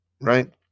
right